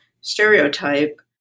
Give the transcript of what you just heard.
stereotype